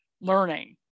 learning